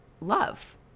love